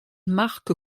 marque